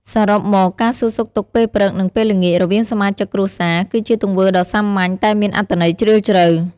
សរុបមក ការសួរសុខទុក្ខពេលព្រឹក និងពេលល្ងាចរវាងសមាជិកគ្រួសារ គឺជាទង្វើដ៏សាមញ្ញតែមានអត្ថន័យជ្រាលជ្រៅ។